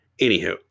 Anywho